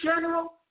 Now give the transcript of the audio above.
general